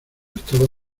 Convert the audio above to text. estaba